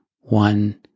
one